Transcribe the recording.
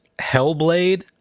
Hellblade